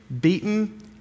beaten